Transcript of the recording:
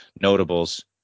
notables